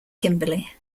kimberly